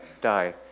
die